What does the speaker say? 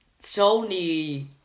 Sony